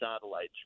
satellites